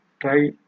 try